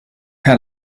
per